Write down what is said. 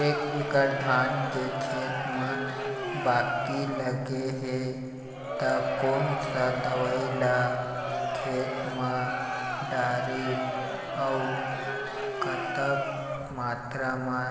एक एकड़ धान के खेत मा बाकी लगे हे ता कोन सा दवई ला खेत मा डारी अऊ कतक मात्रा मा